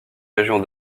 régions